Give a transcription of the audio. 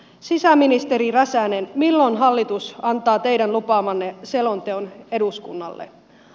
sisäministeri räsänen milloin hallitus antaa teidän lupaamanne selonteon eduskunnalle